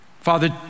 Father